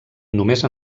només